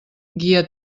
guia